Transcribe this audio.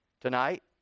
tonight